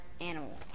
animal